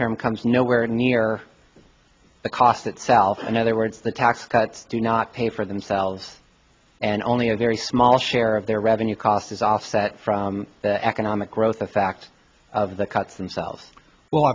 term comes nowhere near the cost itself in other words the tax cut do not pay for themselves and only a very small share of their revenue cost is offset from the economic growth the fact of the cuts themselves well